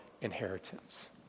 inheritance